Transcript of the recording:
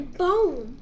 boom